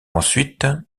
ensuite